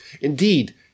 indeed